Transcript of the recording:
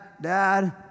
Dad